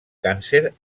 càncer